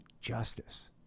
justice